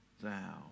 thou